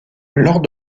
lors